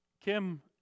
Kim